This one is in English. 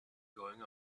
going